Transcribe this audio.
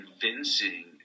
convincing